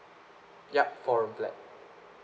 yup four room flat